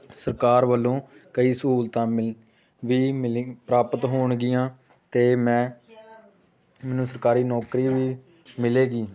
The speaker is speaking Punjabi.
ਸਰਕਾਰ ਵੱਲੋਂ ਕਈ ਸਹੂਲਤਾਂ ਮਿਲ ਵੀ ਮਿਲਿੰਗ ਪ੍ਰਾਪਤ ਹੋਣਗੀਆਂ ਅਤੇ ਮੈਂ ਮੈਨੂੰ ਸਰਕਾਰੀ ਨੌਕਰੀ ਵੀ ਮਿਲੇਗੀ